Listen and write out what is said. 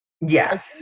Yes